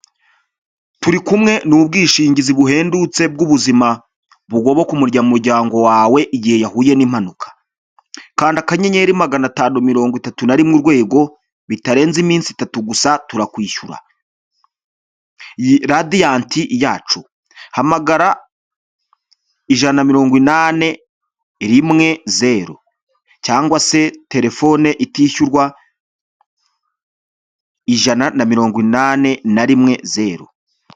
Turi kumwe ni ubwishingizi buhendutse bw'ubuzima bugoboka umunyamuryango wawe igihe yahuye n'impanuka, kanda akanyenyeri magana atanu mirongo itatu na rimwe urwego bitarenze iminsi itatu gusa turakwishyura. Radiant yacu hamagara ijana mirongo ine na rimwe zeru cyangwa se terefone itishyurwa ijana na mirongo inani na rimwe zeru.